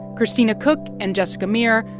christina koch and jessica meir,